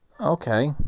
Okay